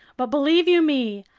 but believe you me,